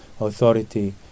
authority